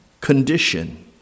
condition